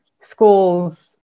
schools